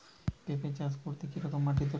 পেঁপে চাষ করতে কি রকম মাটির দরকার?